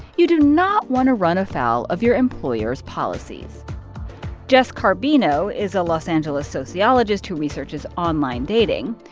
you do not want to run afoul of your employer's policies jess carbino is a los angeles sociologist who researches online dating.